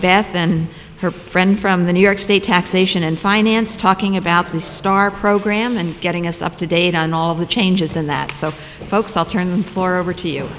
beth then her friend from the new york state taxation and finance talking about the star program and getting us up to date on all the changes and that so folks i'll turn four over to you